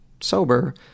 sober